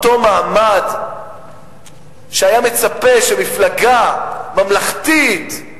אותו מעמד שהיה מצפה שמפלגה ממלכתית,